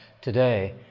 today